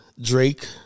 Drake